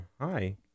Hi